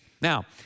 Now